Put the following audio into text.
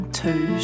two